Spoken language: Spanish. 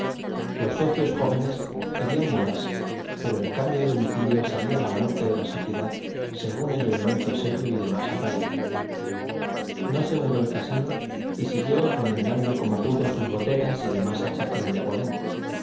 los socios jóvenes querían mudarse pero el cambio de domicilio sería la muerte de la sociedad según el elemento serio y de más arraigo no se mudó el casino y siguió remendando como pudo sus goteras y demás achaques de abolengo